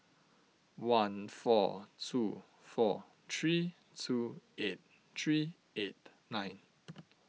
one four two four three two eight three eight nine